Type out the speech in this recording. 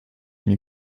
mnie